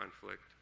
conflict